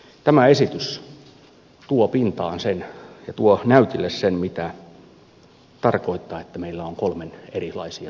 tämä esitys tuo pintaan sen ja tuo näytille sen mitä tarkoittaa että meillä on kolme ryhmää erilaisia työttömiä